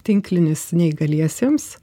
tinklinis neįgaliesiems